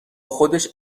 خودش